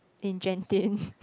in Genting